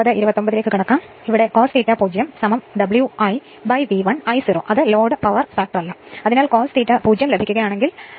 അതിനർത്ഥം cos ∅ 0 W i V1 I0 അത് load power ഫാക്ടറല്ല അതിനാൽ കോസ് ∅ 0 ലഭിക്കുകയാണെങ്കിൽ കാണുക